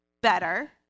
better